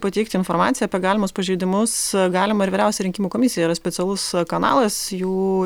pateikti informaciją apie galimus pažeidimus galima ir vyriausioj rinkimų komisijoj yra specialus kanalas jų